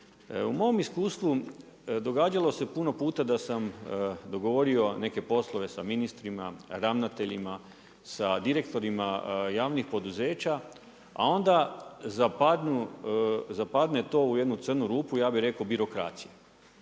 U mom iskustvu događalo se puno puta da sam dogovorio neke poslove sa ministrima, ravnateljima, sa direktorima javnih poduzeća, a onda zapadne to u jednu crnu rupu ja bih rekao birokracije.